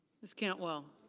ms. cantwell.